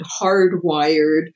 hardwired